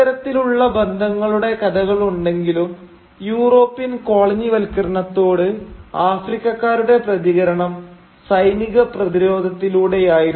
ഇത്തരത്തിലുള്ള ബന്ധങ്ങളുടെ കഥകളുണ്ടെങ്കിലും യൂറോപ്യൻ കോളനിവൽക്കരണത്തോട് ആഫ്രിക്കക്കാരുടെ പ്രതികരണം സൈനിക പ്രതിരോധത്തിലൂടെയായിരുന്നു